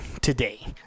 today